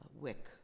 Wick